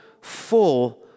full